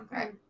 Okay